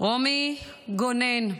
רומי גונן,